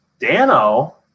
dano